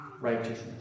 righteousness